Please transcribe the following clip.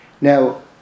Now